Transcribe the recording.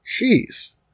jeez